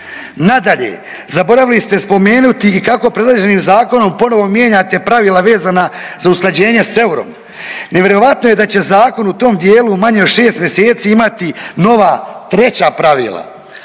Nadalje, zaboravili ste spomenuti i kako predloženim zakonom ponovo mijenjate pravila vezana za usklađenje s eurom. Nevjerojatno je da će zakon u tom dijelu u manje od 6 mjeseci imati nova treća pravila.